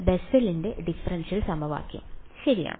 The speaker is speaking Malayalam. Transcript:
ബെസ്സലിന്റെ Bessel's ഡിഫറൻഷ്യൽ സമവാക്യം ശരിയാണ്